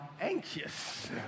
anxious